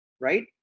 right